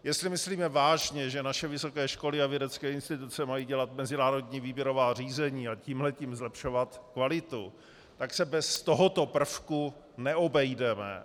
Jestli myslíme vážně, že naše vysoké školy a vědecké instituce mají dělat mezinárodní výběrová řízení, a tím zlepšovat kvalitu, tak se bez tohoto prvku neobejdeme.